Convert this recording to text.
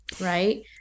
right